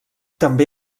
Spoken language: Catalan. també